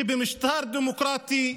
שבמשטר דמוקרטי,